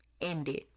ended